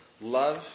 love